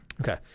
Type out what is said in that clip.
Okay